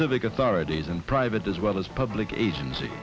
civic authorities and private as well as public agenc